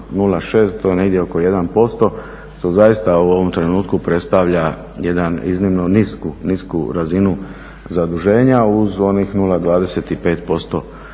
0,6, to je negdje oko 1% što zaista u ovom trenutku predstavlja jednu iznimno nisku razinu zaduženja uz onih 0,25% naknade